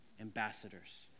ambassadors